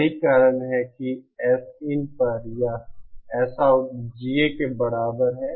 यही कारण है कि Sin पर यह Sout GA के बराबर है